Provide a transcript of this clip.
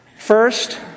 First